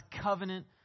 covenant